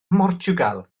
mhortiwgal